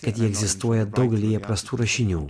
kad jie egzistuoja daugelyje įprastų rašinių